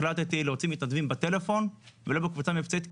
החלטתי להוציא מתנדבים בטלפון ולא בקבוצה המבצעית,